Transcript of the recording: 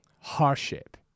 hardship